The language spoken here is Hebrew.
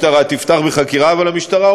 14 יום היא תפתח בשביתה בנושא הביטוח